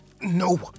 no